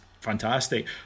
fantastic